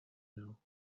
know